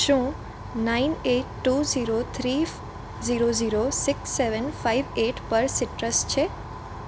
શું nine eight two zero three zero zero six seven five eight પર citrus છે